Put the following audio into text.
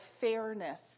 fairness